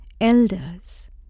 elders